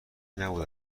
نبود